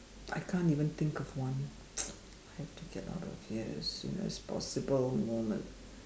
I can't even think of one I have to get out of here as soon as possible moment